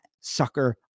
sucker